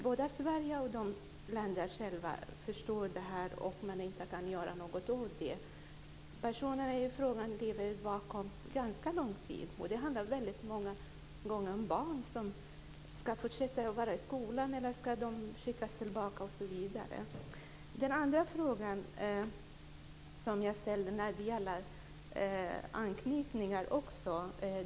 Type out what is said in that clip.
Både Sverige och de andra länderna förstår detta, men kan inte göra något åt det. De personer det handlar om lever i ett vakuum under ganska lång tid. Det handlar många gånger om barn där man t.ex. inte vet om de ska fortsätta i skolan eller skickas tillbaka. Min andra fråga gällde också anknytningar.